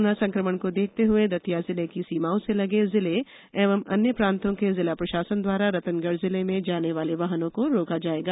corona संक्रमण को देखते हुए दतिया जिले की सीमाओं से लगे जिले एवं अन्य प्रांतों के जिला प्रशासन द्वारा रतनगढ़ मेले में जाने वाले वाहनों को रोका जाएगा